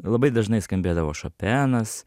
labai dažnai skambėdavo šopenas